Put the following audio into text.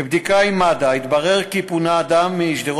בבדיקה עם מד"א התברר כי פונה אדם שפנה באופן עצמאי למד"א